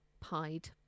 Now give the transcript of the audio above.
pied